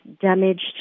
damaged